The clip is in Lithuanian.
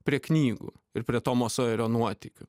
prie knygų ir prie tomo sojerio nuotykių